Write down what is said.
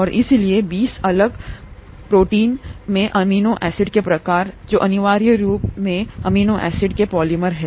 और इसलिए 20 अलग हैं प्रोटीन में अमीनो एसिड के प्रकार जो अनिवार्य रूप से अमीनो एसिड के पॉलिमर हैं